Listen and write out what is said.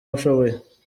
ushoboye